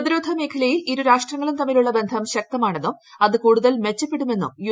പ്രതിരോധ മേഖലയിൽ ഇരുരാഷ്ട്രങ്ങളും തമ്മിലുള്ള ബന്ധം ശക്തമാണെന്നും അത് കൂടുതൽ മെച്ചപ്പെടുമെന്നും യു